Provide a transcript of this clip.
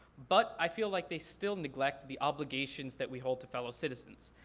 but i feel like they still neglect the obligations that we hold to fellow citizens.